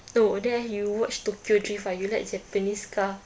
oh then you watch tokyo drift ah you like japanese car